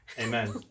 Amen